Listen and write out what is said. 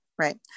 right